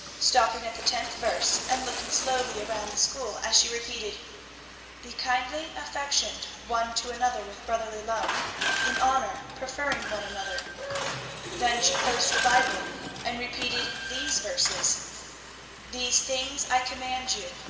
stopping at the tenth verse, and looking slowly around the school as she repeated be kindly affectioned one to another with brotherly love in honour preferring one another then she closed her bible and repeated these verses these things i command you,